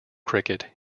cricket